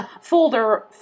folder